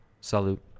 Salute